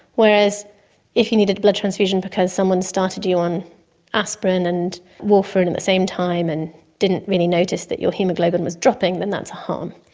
whereas if you needed a blood transfusion because someone started you on aspirin and warfarin at and the same time and didn't really notice that your haemoglobin was dropping, then that's a harm.